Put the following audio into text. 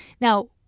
Now